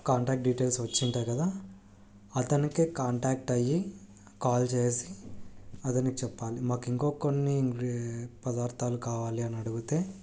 contact details వచ్చింటాయి కదా అతనుకే కాంటాక్ట్ అయ్యి కాల్ చేసి అతనికి చెప్పాలి మాకు ఇంకా కొన్ని పదార్థాలు కావాలి అని అడుగుతే